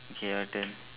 okay your turn